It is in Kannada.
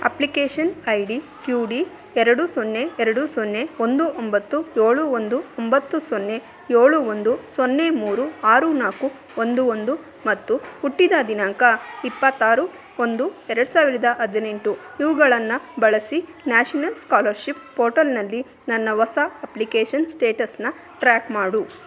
application I D Q D ಎರಡು ಸೊನ್ನೆ ಎರಡು ಸೊನ್ನೆ ಒಂದು ಒಂಬತ್ತು ಏಳು ಒಂದು ಒಂಬತ್ತು ಸೊನ್ನೆ ಏಳು ಒಂದು ಸೊನ್ನೆ ಮೂರು ಆರು ನಾಲ್ಕು ಒಂದು ಒಂದು ಮತ್ತು ಹುಟ್ಟಿದ ದಿನಾಂಕ ಇಪ್ಪತ್ತಾರು ಒಂದು ಎರಡು ಸಾವಿರದ ಹದಿನೆಂಟು ಇವುಗಳನ್ನ ಬಳಸಿ ನ್ಯಾಷನಲ್ ಸ್ಕಾಲರ್ಶಿಪ್ ಪೋರ್ಟಲ್ನಲ್ಲಿ ನನ್ನ ಹೊಸ ಅಪ್ಲಿಕೇಶನ್ ಸ್ಟೇಟಸ್ನ ಟ್ರ್ಯಾಕ್ ಮಾಡು